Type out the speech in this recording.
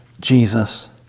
Jesus